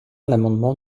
l’amendement